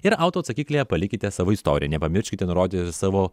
ir autoatsakiklyje palikite savo istoriją nepamirškite nurodyti savo